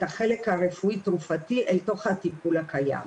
החלק הרפואי-תרופתי אל תוך הטיפול הקיים.